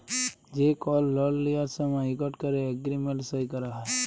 যে কল লল লিয়ার সময় ইকট ক্যরে এগ্রিমেল্ট সই ক্যরা হ্যয়